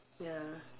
ya